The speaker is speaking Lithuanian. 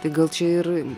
tai gal čia ir